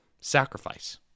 sacrifice